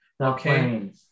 Okay